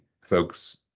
folks